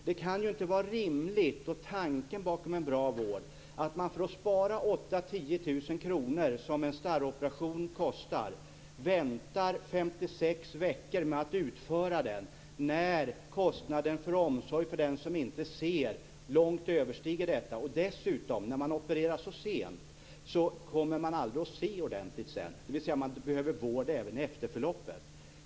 Det kan inte vara rimligt och tanken bakom en bra vård att man, för att spara 8 000-10 000 kr som en starroperation kostar, väntar 56 veckor med att utföra den, när kostnaden för omsorg för den som inte ser långt överstiger detta. När man dessutom opereras så sent kommer man aldrig att se ordentligt, dvs. att man behöver vård även efteråt.